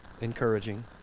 Encouraging